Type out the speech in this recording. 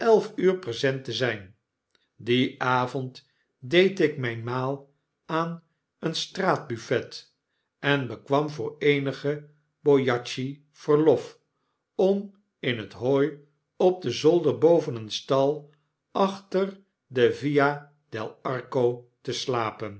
uur present te zyn dien avond deed ik myn maal aan een straatbuffet en bekwam voor eenige bojacchi verlof om in het hooi op den zolder boven een stal achter de via del arco te slapen